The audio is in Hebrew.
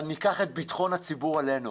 אבל ניקח את בטחון הציבור עלינו,